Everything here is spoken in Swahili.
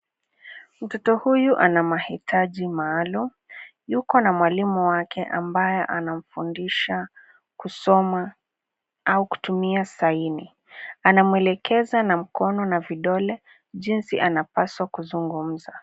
Mtoto huyu ana mahitaji maalum. Yuko na mwalimu wake ambaye anamfundisha kusoma au kutumia saini. Anamwelekeza na mkono na vidole jinsi anapaswa kuzungumza.